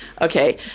Okay